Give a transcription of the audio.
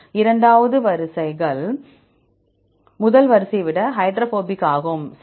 இரண்டாவது வரிசை முதல் வரிசையை விட ஹைட்ரோபோபிக் ஆகும் சரி